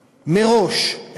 מראש,